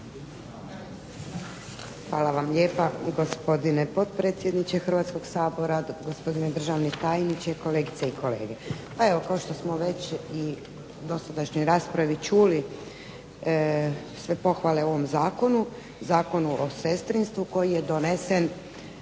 Hvala vam lijepa gospodine potpredsjedniče Hrvatskog sabora, gospodine državni tajniče, kolegice i kolege. Pa evo, kao što smo već i u dosadašnjoj raspravi čuli sve pohvale ovom zakonu, Zakonu o sestrinstvu koji je donesen